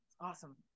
Awesome